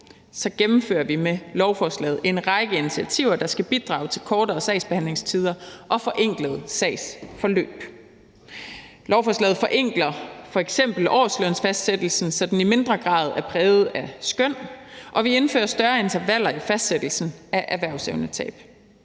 gennemfører vi med lovforslaget en række initiativer, der skal bidrage til kortere sagsbehandlingstider og forenklede sagsforløb. Lovforslaget forenkler f.eks. årslønsfastsættelsen, så den i mindre grad er præget af skøn, og vi indfører større intervaller i fastsættelsen af erhvervsevnetab.